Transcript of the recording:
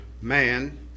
man